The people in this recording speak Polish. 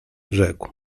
rzekł